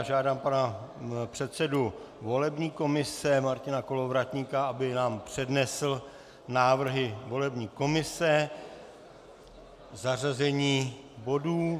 Žádám pana předsedu volební komise Martina Kolovratníka, aby nám přednesl návrhy volební komise, zařazení bodů.